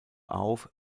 auf